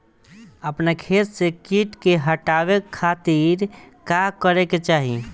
अपना खेत से कीट के हतावे खातिर का करे के चाही?